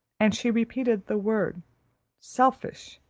and she repeated the word selfish?